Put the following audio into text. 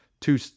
two